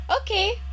Okay